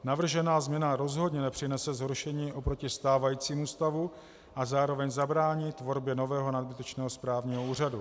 Navržená změna rozhodně nepřinese zhoršení oproti stávajícímu stavu a zároveň zabrání tvorbě nového, nadbytečného správního úřadu.